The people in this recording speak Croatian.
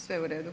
Sve u redu.